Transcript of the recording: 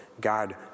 God